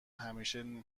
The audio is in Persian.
همیشه